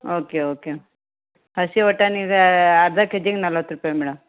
okay okay ಹಸಿ ಬಟಾಣಿಗೆ ಅರ್ಧ ಕೆ ಜಿಗೆ ನಲ್ವತ್ತು ರೂಪಾಯಿ ಮೇಡಮ್